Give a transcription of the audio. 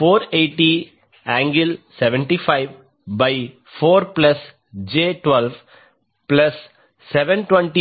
480∠754j12720∠75908 j6 37